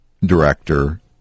director